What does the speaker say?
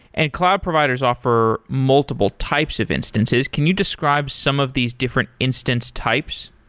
and cloud providers offer multiple types of instances. can you describe some of these different instance types?